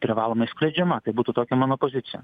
privalomai skleidžiama tai būtų tokia mano pozicija